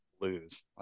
lose